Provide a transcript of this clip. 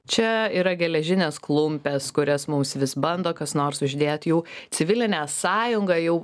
čia yra geležinės klumpės kurias mums vis bando kas nors uždėt jau civilinę sąjungą jau